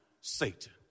Satan